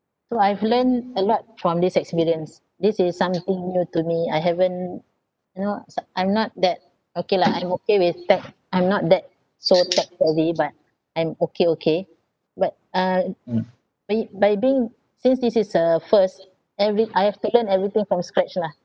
so I've learned a lot from this experience this is something new to me I haven't you know s~ I'm not that okay lah I'm okay with tech I'm not that so tech savvy but I'm okay okay but uh by by being since this is a first every I have to learn everything from scratch lah